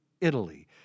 Italy